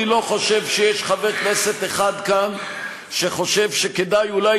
אני לא חושב שיש כאן חבר כנסת אחד שחושב שכדאי אולי